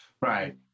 Right